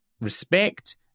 respect